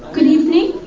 good evening,